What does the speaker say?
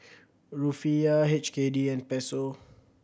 Rufiyaa H K D and Peso